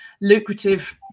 lucrative